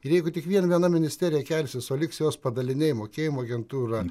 ir jeigu tik vien viena ministerija kelsis o liks jos padaliniai mokėjimų agentūra